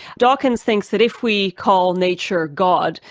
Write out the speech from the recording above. dawkins thinks that if we call nature god,